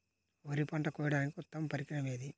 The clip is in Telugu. వరి పంట కోయడానికి ఉత్తమ పరికరం ఏది?